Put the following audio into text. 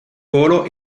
volo